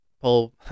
pull